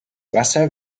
wasser